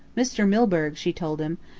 mr. milburgh, she told them,